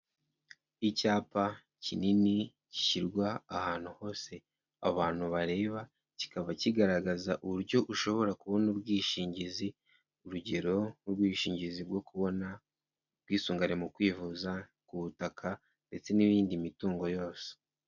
Icyapa kinini gishyirwa ahantu hose abantu bareba, kikaba kigaragaza uburyo ushobora kubona ubwishingizi, urugero nk'ubwishingizi bwo kubona ubwisungane mu kwivuza, k'ubutaka ndetse n'iyindi mitungo yose.